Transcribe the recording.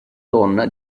donna